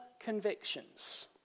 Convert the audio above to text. convictions